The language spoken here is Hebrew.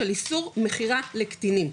של איסור מכירה לקטינים,